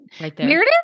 Meredith